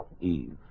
Eve